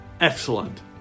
excellent